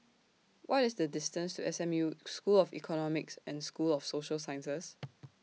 What IS The distance to S M U School of Economics and School of Social Sciences